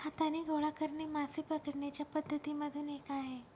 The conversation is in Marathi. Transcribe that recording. हाताने गोळा करणे मासे पकडण्याच्या पद्धती मधून एक आहे